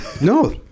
No